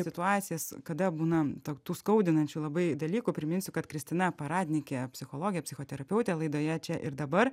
situacijas kada būnam tarp tų skaudinančių labai dalykų priminsiu kad kristina paradnikė psichologė psichoterapeutė laidoje čia ir dabar